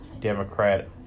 Democrat